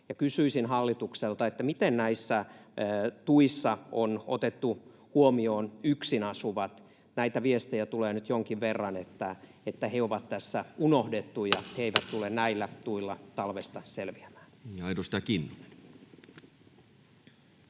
kysyisin hallitukselta: miten näissä tuissa on otettu huomioon yksin asuvat? Näitä viestejä tulee nyt jonkin verran, että heidät on tässä unohdettu ja että he eivät tule näillä tuilla talvesta selviämään.